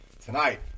tonight